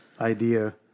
idea